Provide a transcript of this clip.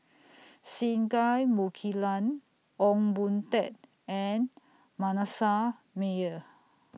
Singai Mukilan Ong Boon Tat and Manasseh Meyer